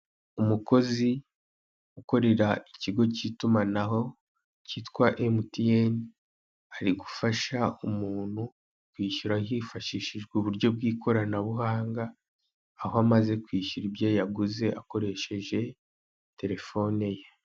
Umukozi ukorera ikigo cy'itumanaho kitwa emutiyeni ari gufasha umuntu kwishyura hifashishijwe uburyo bw'ikoranabuhanga aho amaze kwishyura ibyo yaguze akoresheje telefone ye.